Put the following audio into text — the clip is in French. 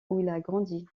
grandi